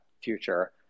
future